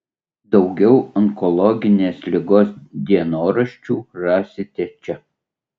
daugiau onkologinės ligos dienoraščių rasite čia